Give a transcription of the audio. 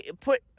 Put